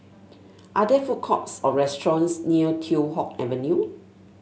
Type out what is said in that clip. are there food courts or restaurants near Teow Hock Avenue